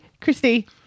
Christy